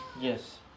Yes